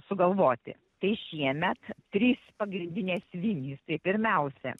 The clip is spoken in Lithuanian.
sugalvoti tai šiemet trys pagrindinės vinys tai pirmiausia